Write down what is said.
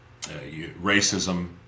racism